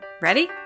Ready